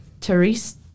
Therese